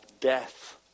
death